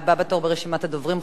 הבא בתור ברשימת הדוברים,